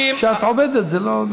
כשאת עומדת זה לא,